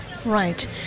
Right